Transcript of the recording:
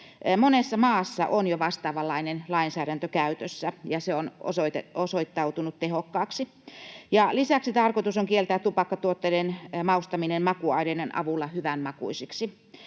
Monessa maassa on jo vastaavanlainen lainsäädäntö käytössä, ja se on osoittautunut tehokkaaksi. Lisäksi tarkoitus on kieltää tupakkatuotteiden maustaminen makuaineiden avulla hyvänmakuisiksi.